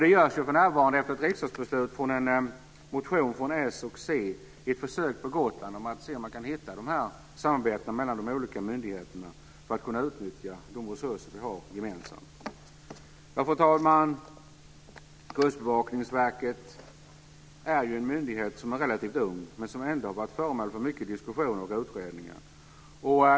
Det görs ju för närvarande, efter ett riksdagsbeslut efter en motion från s och c, ett försök på Gotland där man ser om man kan hitta de här samarbetena mellan de olika myndigheterna för att kunna utnyttja de resurser vi har gemensamt. Fru talman! Kustbevakningsverket är ju en myndighet som är relativt ung, men som ändå har varit föremål för mycket diskussion och många utredningar.